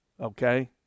Okay